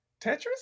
Tetris